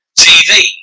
TV